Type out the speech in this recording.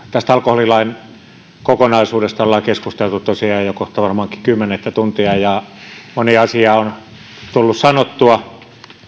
tästä alkoholilain kokonaisuudesta ollaan keskusteltu tosiaan jo jo kohta varmaankin kymmenettä tuntia ja moni asia on tullut sanottua